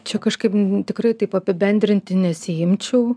čia kažkaip tikrai taip apibendrinti nesiimčiau